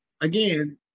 Again